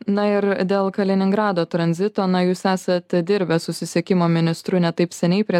na ir dėl kaliningrado tranzito na jūs esat dirbęs susisiekimo ministru ne taip seniai prie